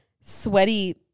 sweaty